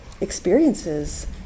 experiences